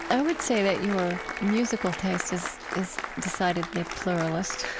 i would say that your musical taste is is decidedly pluralist